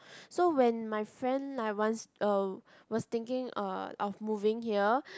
so when my friend like wants um was thinking uh of moving here